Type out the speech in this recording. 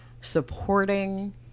supporting